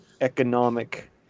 economic